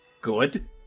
Good